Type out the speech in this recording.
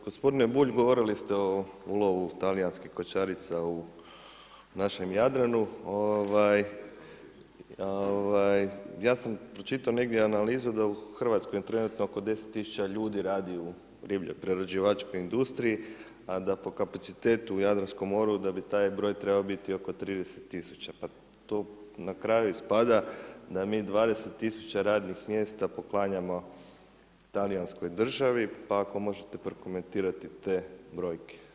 Gospodine Bulj govorili ste o ulovu talijnskih kočarica u našem Jadranu, ovaj, ja sam pročitao negdje analizu da u Hrvatskoj trenutno oko 10000 ljudi radi u ribo-prerađivačkoj industriji, a da po kapacitetu u Jadranskom moru, da bi taj broj trebao biti oko 30000, pa to na kraju ispada da mi 20000 radnim mjesta poklanjamo talijanskoj državi, pa ako možete prokomentirati te brojke.